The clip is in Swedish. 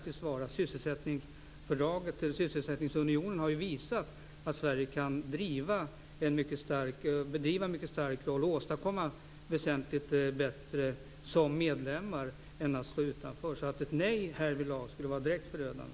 Sysselsättningsunionen har visat att Sverige kan åstadkomma mer som medlem än att stå utanför. Ett nej härvidlag skulle vara direkt förödande.